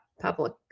public